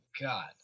God